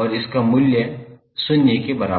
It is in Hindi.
और इसका मूल्य शून्य के बराबर है